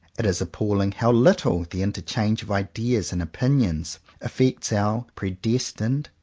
it is appalling how little the interchange of ideas and opinions affects our predestined,